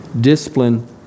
discipline